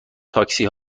تاکسی